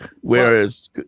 whereas